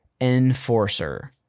Enforcer